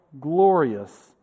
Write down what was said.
glorious